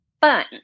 fun